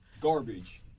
Garbage